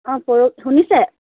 অঁ প'ৰ শুনিছে